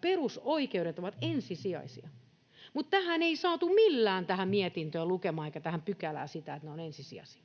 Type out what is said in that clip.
perusoikeudet ovat ensisijaisia, niin ei saatu millään tähän mietintöön eikä tähän pykälään lukemaan sitä, että ne ovat ensisijaisia.